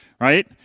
right